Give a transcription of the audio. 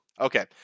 Okay